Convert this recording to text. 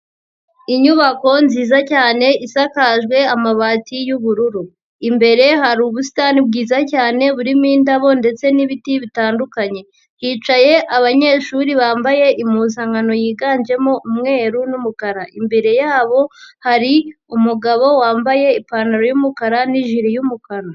Inyubako nziza cyane isakajwe amabati y'ubururu imbere hari ubusitani bwiza cyane burimo indabo ndetse n'ibiti bitandukanye hicaye abanyeshuri bambaye impuzankano yiganjemo umweru n'umukara, imbere yabo hari umugabo wambaye ipantaro y'umukara n'ijiri y'umukara.